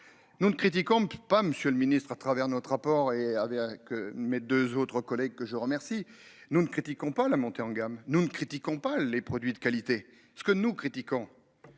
Nous ne critiquons pas monsieur le ministre à travers notre rapport est bien que mes 2 autres collègues que je remercie. Nous ne critiquons pas la montée en gamme, nous ne critiquons pas les produits de qualité. Ce que nous critiquons.